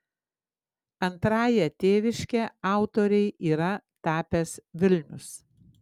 antrąja tėviške autorei yra tapęs vilnius